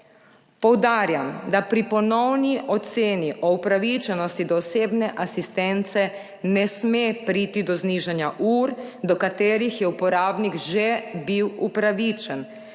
Poudarjam, da pri ponovni oceni o upravičenosti do osebne asistence ne sme priti do znižanja ur, do katerih je uporabnik že bil upravičen,